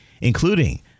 including